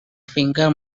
finger